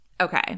Okay